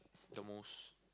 the most